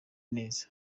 neza